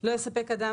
"2.(א)לא יספק אדם,